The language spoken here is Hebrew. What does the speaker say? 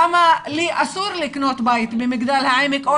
למה לי אסור לקנות בית במגדל העמק או